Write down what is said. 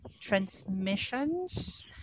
Transmissions